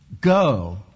Go